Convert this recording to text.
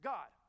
God